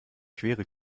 quere